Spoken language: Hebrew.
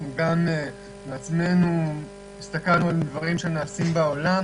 אנחנו גם בעצמנו הסתכלנו על דברים שנעשים בעולם.